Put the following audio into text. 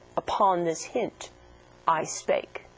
upon this hint i spake.